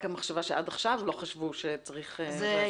רק המחשבה שעד עכשיו לא חשבו שצריך --- יש